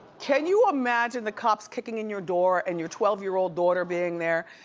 can you imagine the cops kicking in your door and your twelve year old daughter being there,